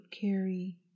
carry